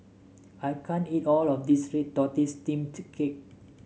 I can't eat all of this Red Tortoise Steamed Cake